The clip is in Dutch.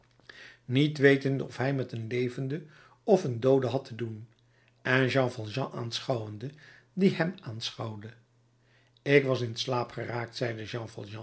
niet wetende of hij met een levende of een doode had te doen en jean valjean aanschouwende die hem aanschouwde ik was in slaap geraakt zeide jean